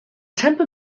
temper